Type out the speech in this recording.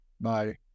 Bye